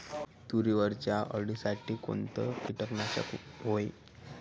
तुरीवरच्या अळीसाठी कोनतं कीटकनाशक हाये?